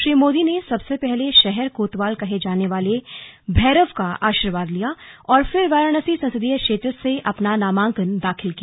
श्री मोदी ने सबसे पहले शहर कोतवाल कहे जाने वाले काल भैरव का आशीर्वाद लिया और फिर वाराणसी संसदीय क्षेत्र से अपना नामांकन दाखिल किया